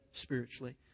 spiritually